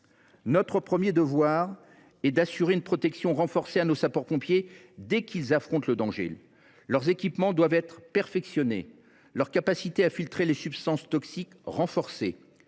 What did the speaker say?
Notre premier devoir est d’assurer une protection renforcée à nos sapeurs pompiers dès qu’ils affrontent le danger. Leurs équipements doivent être perfectionnés et leurs capacités à filtrer les substances toxiques renforcées